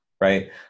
Right